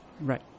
Right